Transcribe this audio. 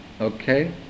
Okay